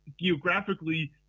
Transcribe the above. geographically